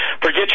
Forget